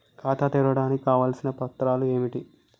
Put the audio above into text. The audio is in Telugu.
ఖాతా తెరవడానికి కావలసిన పత్రాలు ఏమిటి?